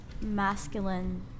masculine